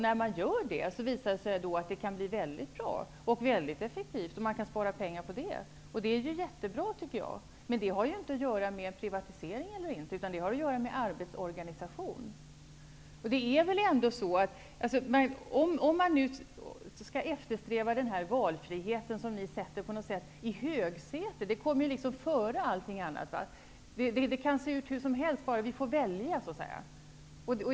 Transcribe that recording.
När man river dessa pyramider kan det bli väldigt bra och effektivt, och man kan spara pengar på detta. Detta är jättebra, tycker jag, men det har inte att göra med privatisering eller inte, utan det har att göra med arbetsorganisation. Om man nu eftersträvar valfriheten, som ni sätter i högsätet -- den kommer före allting annat -- då kan det se ut hur som helst, bara vi får välja.